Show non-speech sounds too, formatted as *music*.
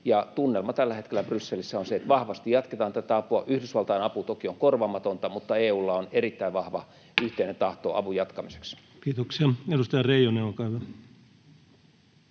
Tunnelma tällä hetkellä Brysselissä on se, että vahvasti jatketaan tätä apua. Yhdysvaltain apu toki on korvaamatonta, mutta EU:lla on erittäin vahva yhteinen tahto *noise* avun jatkamiseksi. Kiitoksia. — Edustaja Reijonen, olkaa